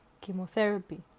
chemotherapy